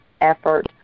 effort